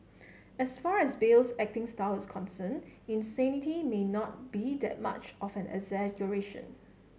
as far as Bale's acting style is concerned insanity may not be that much of an exaggeration